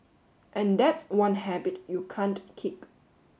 and that's one habit you can't kick